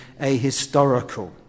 ahistorical